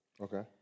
Okay